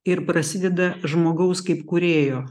ir prasideda žmogaus kaip kūrėjo